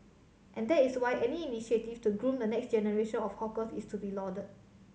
and that is why any initiative to groom the next generation of hawkers is to be lauded